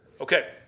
Okay